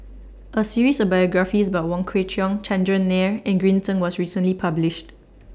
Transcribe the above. A series of biographies about Wong Kwei Cheong Chandran Nair and Green Zeng was recently published